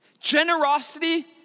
Generosity